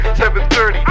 7-30